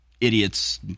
idiots